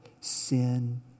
sin